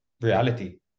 reality